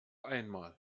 einmal